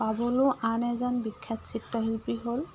Pablo আন এজন বিখ্যাত চিত্ৰশিল্পী হ'ল